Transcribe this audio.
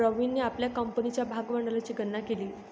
प्रवीणने आपल्या कंपनीच्या भागभांडवलाची गणना केली